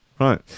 Right